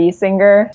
singer